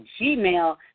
gmail